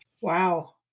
Wow